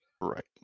Right